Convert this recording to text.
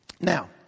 Now